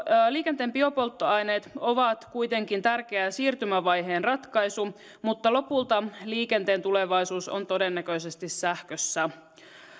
liikenteen biopolttoaineet ovat kuitenkin tärkeä siirtymävaiheen ratkaisu mutta lopulta liikenteen tulevaisuus on todennäköisesti sähkössä